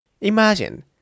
Imagine